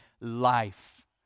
life